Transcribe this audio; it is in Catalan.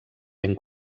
ben